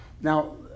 Now